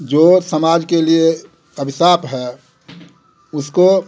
जो समाज के लिए अभिशाप है उसको